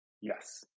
yes